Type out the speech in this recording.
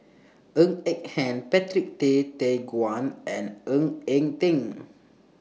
Ng Eng Hen Patrick Tay Teck Guan and Ng Eng Teng